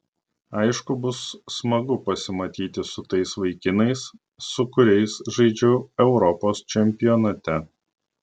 aišku bus smagu pasimatyti su tais vaikinais su kuriais žaidžiau europos čempionate